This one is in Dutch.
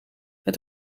het